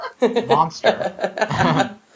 monster